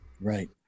Right